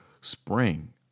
spring